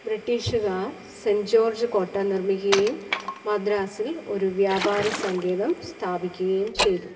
ബ്രിട്ടീഷുകാർ saint George കോട്ട നിർമ്മിക്കുകയും മദ്രാസിൽ ഒരു വ്യാപാര സങ്കേതം സ്ഥാപിക്കുകയും ചെയ്തു